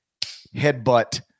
headbutt